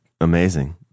amazing